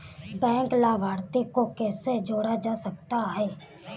Bank लाभार्थी को कैसे जोड़ा जा सकता है?